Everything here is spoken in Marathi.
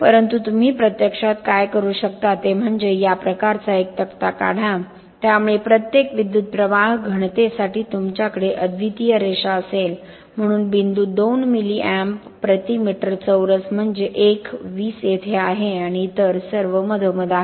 परंतु तुम्ही प्रत्यक्षात काय करू शकता ते म्हणजे या प्रकारचा एक तक्ता काढा त्यामुळे प्रत्येक विद्युत प्रवाह घनतेसाठी तुमच्याकडे अद्वितीय रेषा असेल म्हणून बिंदू 2 मिली amp प्रति मीटर चौरस म्हणजे एक 20 येथे आहे आणि इतर सर्व मधोमध आहे